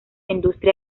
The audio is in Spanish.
industria